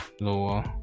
lower